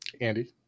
Andy